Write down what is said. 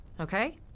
Okay